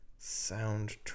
Soundtrack